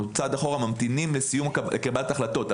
אנחנו לוקחים צעד אחורה, ממתינים לקבלת חקירות.